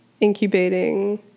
incubating